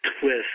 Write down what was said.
twist